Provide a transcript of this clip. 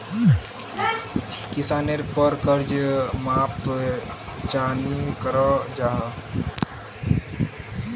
किसानेर पोर कर्ज माप चाँ नी करो जाहा?